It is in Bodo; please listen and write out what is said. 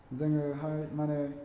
जोङो हानाय मानि